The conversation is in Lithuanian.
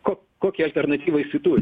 ko kokią alternatyvą jisai turi